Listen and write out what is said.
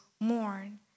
mourn